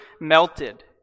melted